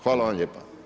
Hvala vam lijepa.